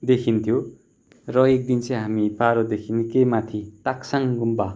देखिन्थ्यो र एक दिन चाहिँ हामी पारोदेखि निकै माथि ताक्साङ गुम्बा